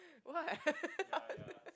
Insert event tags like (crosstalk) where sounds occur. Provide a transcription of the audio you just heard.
what (laughs)